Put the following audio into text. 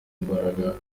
imbaraga